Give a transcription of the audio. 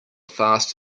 fast